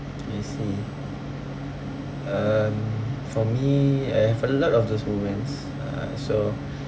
I see um for me I have a lot of those moments uh so